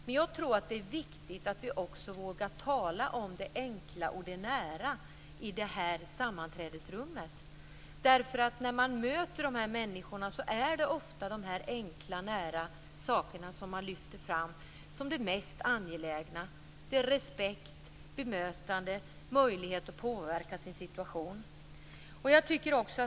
Men jag tror att det är viktigt att vi också vågar tala om det enkla och det nära i det här sammanträdesrummet. När man möter dessa människor är det ofta de enkla nära sakerna man lyfter fram som det mest angelägna. Det är respekt, bemötande och möjlighet att påverka sin situation.